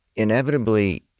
inevitably,